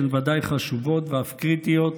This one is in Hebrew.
שהן ודאי חשובות ואף קריטיות,